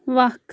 وَکھ